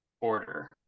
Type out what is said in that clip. order